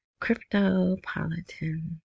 cryptopolitan